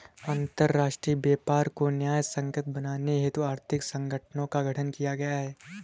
अंतरराष्ट्रीय व्यापार को न्यायसंगत बनाने हेतु आर्थिक संगठनों का गठन किया गया है